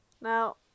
Now